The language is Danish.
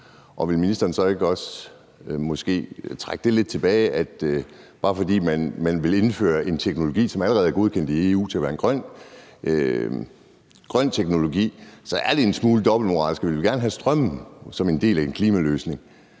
Og vil ministeren så ikke også måske indrømme, at det, bare fordi man vil indføre teknologi, som allerede er godkendt i EU til at være en grøn teknologi, er en smule dobbeltmoralsk, at vi gerne vil have strømmen som en del af en klimaløsning,